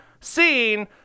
seen